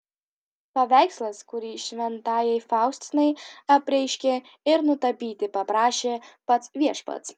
paveikslas kurį šventajai faustinai apreiškė ir nutapyti paprašė pats viešpats